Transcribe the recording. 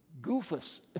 goofus